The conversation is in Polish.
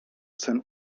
sen